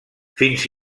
fins